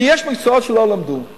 כי יש מקצועות שלא למדו,